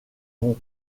ont